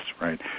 right